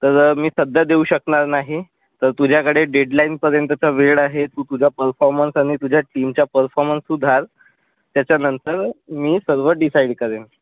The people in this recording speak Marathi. तर मी सध्या देऊ शकणार नाही तर तुझ्याकडे डेडलाईनपर्यंतचा वेळ आहे तू तुझा परफॉर्मन्स आणि तुझ्या टीमचा परफॉर्मन्स तू घाल त्याच्यानंतर मी सर्व डिसाईड करेन